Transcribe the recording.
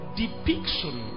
depiction